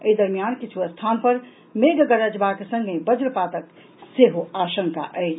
एहि दरमियान किछु स्थान पर मेघ गरजबाक संगहि वज्रपातक सेहो आशंका अछि